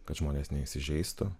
kad žmonės neįsižeistų